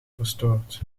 verstoord